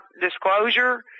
disclosure